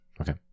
Okay